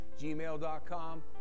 gmail.com